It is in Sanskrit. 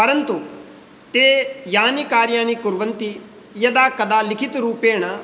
परन्तु ते यानि कार्याणि कुर्वन्ति यदा कदा लिखितरूपेण